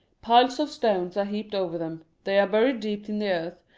piles of stones are heaped over them, they are buried deep in the earth,